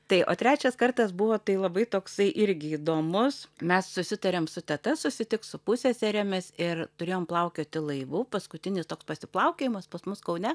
tai o trečias kartas buvo tai labai toksai irgi įdomus mes susitarėm su teta susitikt su pusseserėmis ir turėjom plaukioti laivu paskutinis toks pasiplaukiojimas pas mus kaune